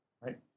right